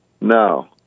No